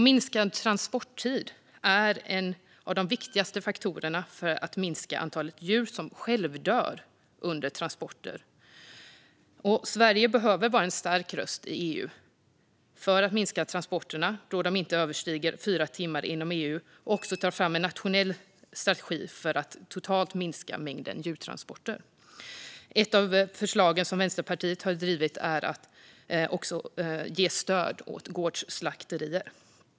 Minskad transporttid är en av de viktigaste faktorerna för att minska antalet djur som självdör under transporter. Sverige behöver vara en stark röst i EU för att minska transporterna så att de inte överstiger fyra timmar inom EU och också ta fram en nationell strategi för att totalt sett minska mängden djurtransporter. Ett av förslagen som Vänsterpartiet har drivit är att också ge stöd åt gårdsslakterier.